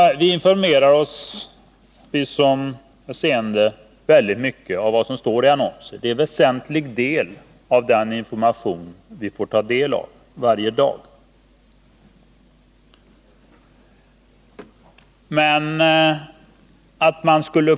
Vi seende får mycket information genom det som står i annonser, ja annonser är en väsentlig del av den information som vi varje dag får ta del av.